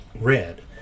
red